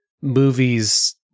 movies